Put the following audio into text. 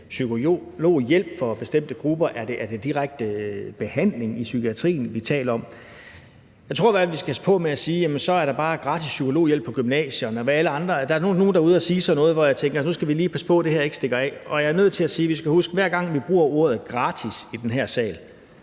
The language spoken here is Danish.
psykologhjælp for bestemte grupper? Er det direkte behandling i psykiatrien, vi taler om? Jeg tror i hvert fald, vi skal passe på med at sige, at så er der bare gratis psykologhjælp på gymnasierne. Og der er nogle, der er ude at sige sådan noget, hvor jeg tænker, at nu skal vi lige passe på, at det her ikke stikker af. Jeg er nødt til at sige, at vi skal huske, at hver gang vi bruger ordet gratis i den her sal,